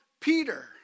Peter